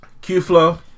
Q-Flow